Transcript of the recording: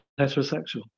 heterosexual